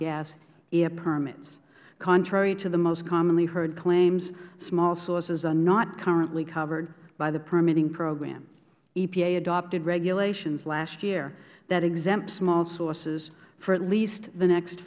air permits contrary to the most commonly heard claims small sources are not currently covered by the permitting program epa adopted regulations last year that exempt small sources for at least the next